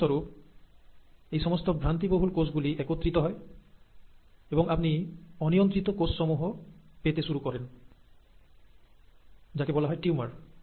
তার ফল স্বরূপ এই সমস্ত ভ্রান্তি বহুল কোষগুলি একত্রিত হয় এবং আপনি অনিয়ন্ত্রিত কোষ সমূহ পেতে শুরু করেন যাকে বলা হয় টিউমার